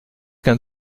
qu’un